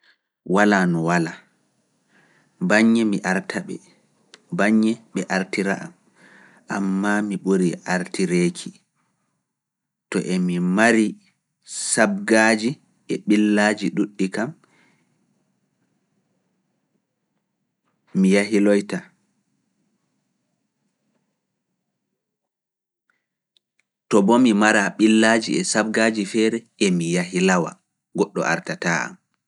Walaa no walaa, baŋŋe mi arta ɓe, baŋŋe ɓe artira am, ammaa mi ɓuri artireeki, to emi mari sabgaaji e ɓillaaji ɗuddi kam, mi yahilawta. To bo mi mara billaaji feere kam, emi yahilawa, goɗɗo artataa am.